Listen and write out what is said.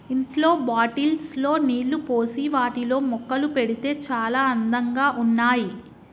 ఇంట్లో బాటిల్స్ లో నీళ్లు పోసి వాటిలో మొక్కలు పెడితే చాల అందంగా ఉన్నాయి